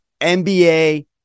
NBA